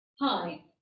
Hi